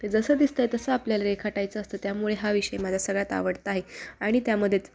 ते जसं दिसतं आहे तसं आपल्याला रेखाटायचं असतं त्यामुळे हा विषय माझा सगळ्यात आवडता आहे आणि त्यामध्येच